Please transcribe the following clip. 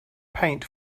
paint